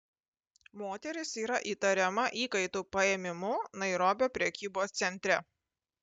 moteris yra įtariama įkaitų paėmimu nairobio prekybos centre